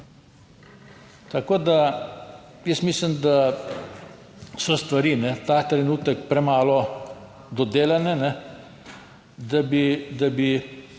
Tako da, jaz mislim, da so stvari ta trenutek premalo dodelane, da bi